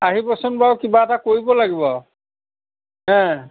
আহিবচোন বাৰু কিবা এটা কৰিব লাগিব আৰু হে